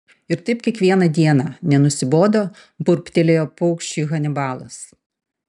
ir taip kiekvieną dieną nenusibodo burbtelėjo paukščiui hanibalas